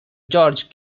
george